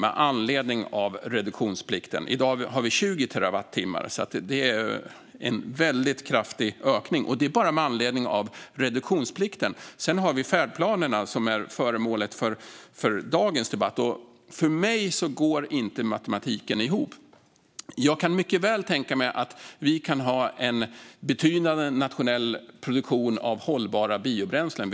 I dag har vi totalt 20 terawattimmar, så det är alltså en mycket kraftig ökning - och det bara med anledning av reduktionsplikten. Vi har också färdplanerna, som är föremålet för dagens debatt. För mig går matematiken inte ihop. Jag kan mycket väl tänka mig att vi kan ha en betydande nationell produktion av hållbara biobränslen.